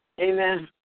Amen